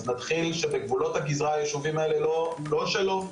אז נתחיל שבגבולות הגזרה היישובים האלה לא שלו.